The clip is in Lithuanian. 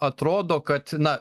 atrodo kad na